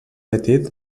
petit